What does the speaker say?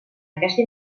aquesta